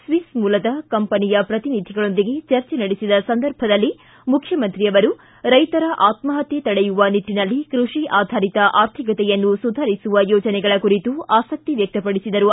Swiss ಮೂಲದ ಕಂಪನಿಯ ಪ್ರತಿನಿಧಿಗಳೊಂದಿಗೆ ಚರ್ಚೆ ನಡೆಸಿದ ಸಂದರ್ಭದಲ್ಲಿ ಮುಖ್ಯಮಂತ್ರಿ ಅವರು ರೈತರ ಆತ್ಮಹತ್ಯೆ ತಡೆಯುವ ನಿಟ್ಟನಲ್ಲಿ ಕೈಷಿ ಆಧಾರಿತ ಆರ್ಥಿಕತೆಯನ್ನು ಸುಧಾರಿಸುವ ಯೋಜನೆಗಳ ಕುರಿತು ಆಸಕ್ತಿ ವ್ಯಕ್ತಪಡಿಸಿದರು